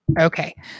okay